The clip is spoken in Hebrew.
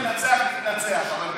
אם אתה אומר נתנצח, נתנצח, אבל בסדר.